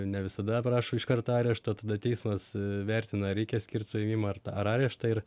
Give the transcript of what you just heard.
ne visada prašo iškart arešto tada teismas vertina reikia skirt suėmimą ar tą areštą ir